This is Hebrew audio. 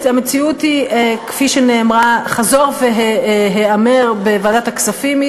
כפי שנאמר חזור והיאמר בוועדת הכספים,